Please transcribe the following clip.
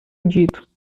dito